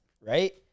right